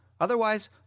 Otherwise